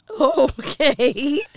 Okay